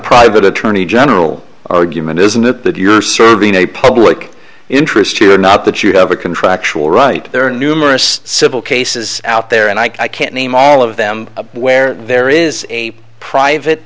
private attorney general argument isn't it that you're serving a public interest you're not that you have a contractual right there are numerous civil cases out there and i can't name all of them where there is a private